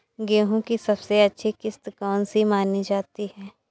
गेहूँ की सबसे अच्छी किश्त कौन सी मानी जाती है?